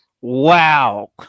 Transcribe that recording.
Wow